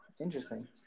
interesting